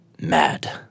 mad